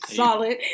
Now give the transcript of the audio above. solid